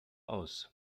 aus